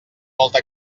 molta